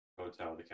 hotel